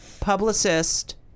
publicist